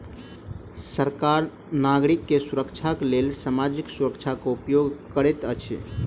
सरकार नागरिक के सुरक्षाक लेल सामाजिक सुरक्षा कर उपयोग करैत अछि